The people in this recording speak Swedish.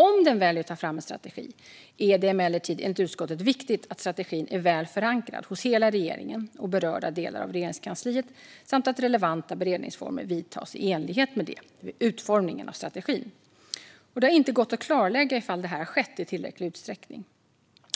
Om regeringen väljer att ta fram en strategi är det emellertid, enligt utskottet, viktigt att strategin är väl förankrad hos hela regeringen och berörda delar av Regeringskansliet samt att relevanta beredningsformer vidtas i enlighet därmed vid utformningen av strategin. Det har inte gått att klarlägga ifall detta har skett i tillräcklig utsträckning.